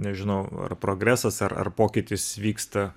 nežinau ar progresas ar ar pokytis vyksta